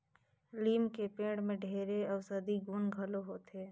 लीम के पेड़ में ढेरे अउसधी गुन घलो होथे